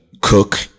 cook